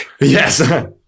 Yes